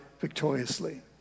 victoriously